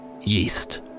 yeast